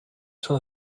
till